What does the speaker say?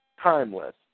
Timeless